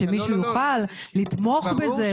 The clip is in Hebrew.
שמישהו יוכל לתמוך בזה,